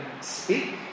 speak